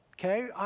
okay